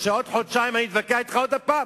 שבעוד חודשיים אני אתווכח אתך עוד פעם?